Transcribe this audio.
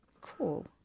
Cool